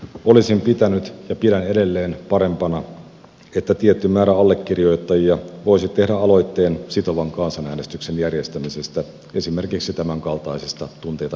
olisin pitänyt ja pidän edelleen parempana että tietty määrä allekirjoittajia voisi tehdä aloitteen sitovan kansanäänestyksen järjestämisestä esimerkiksi tämänkaltaisista tunteita herättävistä kysymyksistä